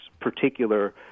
particular